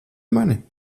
mani